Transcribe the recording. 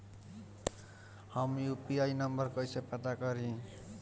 हम UPI number कइसे पता करी?